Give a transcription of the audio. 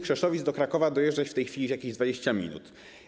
Krzeszowic do Krakowa dojeżdżać w tej chwili w jakieś 20 minut.